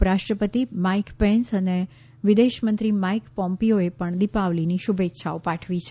ઉપરાષ્ટ્રપતિ Mike Pence અને વિદેશમંત્રી માઈક પોમ્પીઓએ પણ દીપાવલીની શુભેચ્છાઓ પાઠવી છે